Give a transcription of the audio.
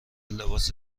لباس